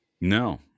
No